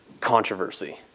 controversy